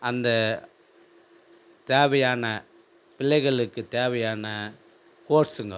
அந்த தேவையான பிள்ளைகளுக்கு தேவையான கோர்ஸ்சுங்க